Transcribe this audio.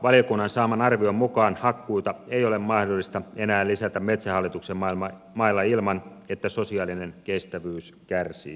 valiokunnan saaman arvion mukaan hakkuita ei ole mahdollista enää lisätä metsähallituksen mailla ilman että sosiaalinen kestävyys kärsii